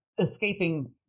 escaping